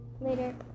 later